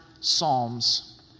Psalms